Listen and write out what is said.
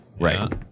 Right